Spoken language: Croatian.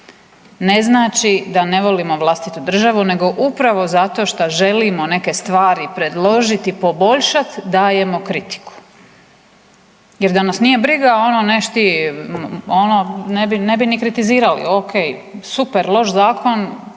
ne znači da ne volimo vlastitu državu nego upravo zato šta želimo neke stvari predložit i poboljšat dajemo kritiku. Jel da nas nije briga ono neš ti, ono ne bi ni kritizirali, ok, super, loš zakon,